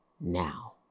now